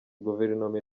guverinoma